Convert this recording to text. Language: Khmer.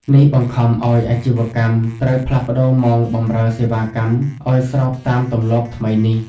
នេះបង្ខំឱ្យអាជីវកម្មត្រូវផ្លាស់ប្តូរម៉ោងបម្រើសេវាកម្មឱ្យស្របតាមទម្លាប់ថ្មីនេះ។